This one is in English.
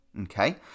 okay